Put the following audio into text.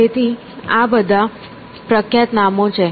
તેથી આ બધા પ્રખ્યાત નામો છે